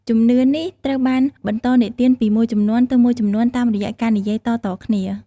ជំនឿនេះត្រូវបានបន្តនិទានពីមួយជំនាន់ទៅមួយជំនាន់តាមរយៈការនិយាយតៗគ្នា។